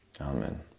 Amen